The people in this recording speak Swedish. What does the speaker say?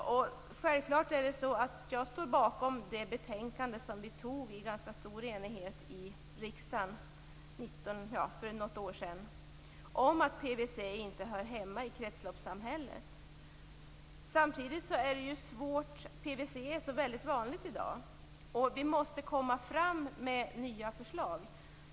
Jag står självklart bakom det betänkande som vi i ganska stor enighet tog i riksdagen för något år sedan om att PVC inte hör hemma i kretsloppssamhället. Samtidigt är PVC i dag så väldigt vanligt, och det måste komma fram nya förslag.